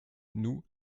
nous